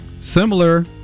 similar